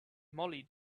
mollie